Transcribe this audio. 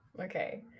Okay